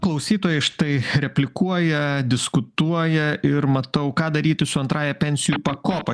klausytojai štai replikuoja diskutuoja ir matau ką daryti su antrąja pensijų pakopa